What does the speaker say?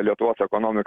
lietuvos ekonomika